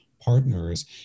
partners